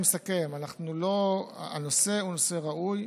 אני מסכם: הנושא הוא נושא ראוי,